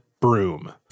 broom